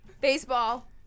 baseball